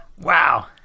Wow